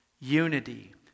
Unity